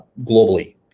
globally